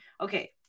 okay